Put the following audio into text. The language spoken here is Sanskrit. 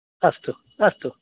अस्तु अस्तु